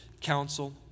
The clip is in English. council